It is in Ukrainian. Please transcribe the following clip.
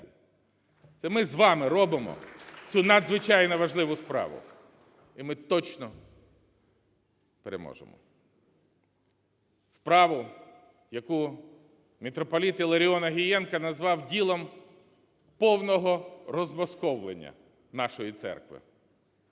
Це ми з вами робимо цю надзвичайно важливу справу. І ми точно переможемо. Справу, яку митрополит Іларіон Огієнко назвав ділом повного розмосковлення нашої церкви.